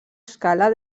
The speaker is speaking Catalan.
escala